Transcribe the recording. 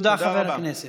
תודה רבה.